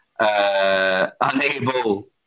Unable